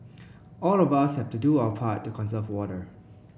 all of us have to do our part to conserve water